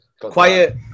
Quiet